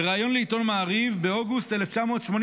בראיון לעיתון מעריב, באוגוסט 1984,